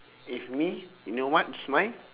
if me you know what's mine